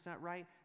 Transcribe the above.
right